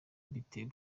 bite